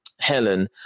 Helen